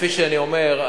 כפי שאני אומר,